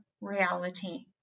reality